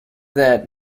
that